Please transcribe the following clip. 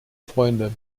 freunde